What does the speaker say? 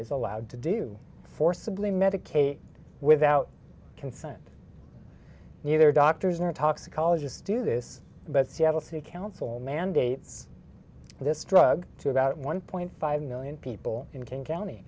is allowed to do forcibly medicate without consent neither doctors or toxicologist do this but seattle see council mandate this drug to about one point five million people in king county